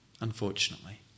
unfortunately